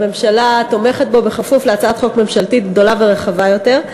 הממשלה תומכת בו בכפוף להצעת חוק ממשלתית גדולה ורחבה יותר.